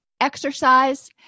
exercise